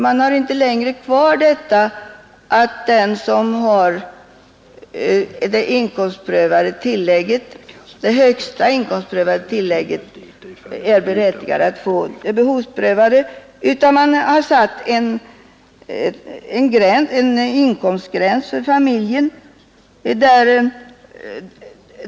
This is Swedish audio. Man har inte längre kvar bestämmelsen att den som har det högsta inkomstprövade tillägget är berättigad att få det behovsprövade, utan man har satt en gräns för familjens inkomst.